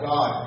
God